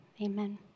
amen